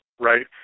right